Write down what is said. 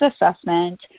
assessment